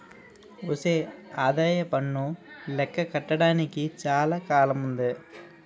ఒసే ఆదాయప్పన్ను లెక్క కట్టడానికి చాలా కాలముందే